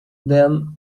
then